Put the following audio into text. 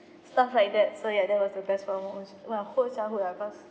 stuff like that so ya that was the best part moments well whole childhood ah cause